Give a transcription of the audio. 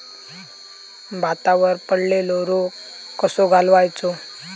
भातावर पडलेलो रोग कसो घालवायचो?